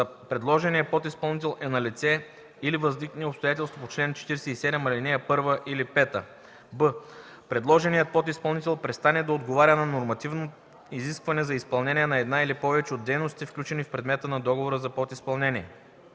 предложения подизпълнител е налице или възникне обстоятелство по чл. 47, ал. 1 или 5; б) предложеният подизпълнител престане да отговаря на нормативно изискване за изпълнение на една или повече от дейностите, включени в предмета на договора за подизпълнение;